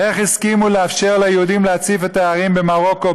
איך הסכימו לאפשר ליהודים להציף את הערים במרוקו,